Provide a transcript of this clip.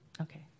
Okay